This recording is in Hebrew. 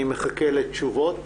אני מחכה לתשובות